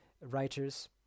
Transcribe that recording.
writers